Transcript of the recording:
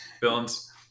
villains